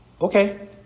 okay